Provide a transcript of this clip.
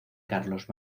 carlos